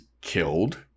killed